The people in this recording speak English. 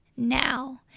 now